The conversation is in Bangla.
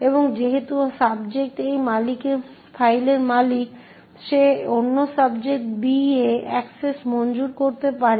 এখন যেহেতু সাবজেক্ট সেই ফাইলের মালিক সে অন্য সাবজেক্ট B এ অ্যাক্সেস মঞ্জুর করতে পারে